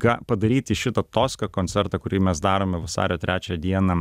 ką padaryti šitą toską koncertą kurį mes darome vasario trečią dieną